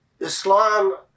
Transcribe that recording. Islam